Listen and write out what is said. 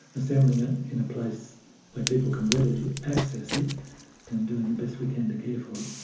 assembling it in a place where people can readily access it and doing the best we can to care for it.